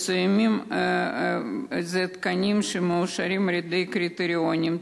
אלו תקנים שמאושרים על-פי קריטריונים.